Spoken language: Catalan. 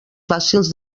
fàcils